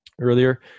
earlier